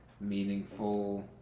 Meaningful